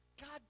God